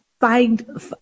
find